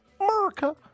America